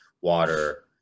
water